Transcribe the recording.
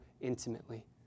intimately